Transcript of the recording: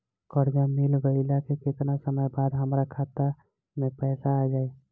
कर्जा मिल गईला के केतना समय बाद हमरा खाता मे पैसा आ जायी?